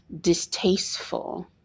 distasteful